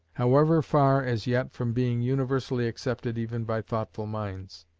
however far as yet from being universally accepted even by thoughtful minds.